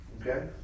Okay